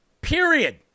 Period